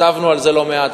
התכתבנו על זה לא מעט,